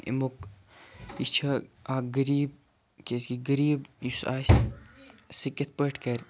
یِمو یہِ چھ اَکھ غٔریٖب کیازکہِ غٔریٖب یُس آسہِ سُہ کِتھ پٲٹھۍ کَرِ